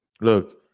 Look